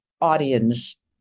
Audience